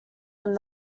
are